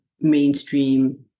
mainstream